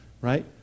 right